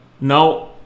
Now